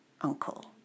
Uncle